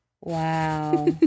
Wow